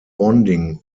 bonding